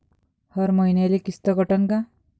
हर मईन्याले किस्त कटन का?